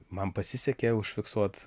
man pasisekė užfiksuot